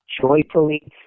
joyfully